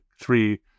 three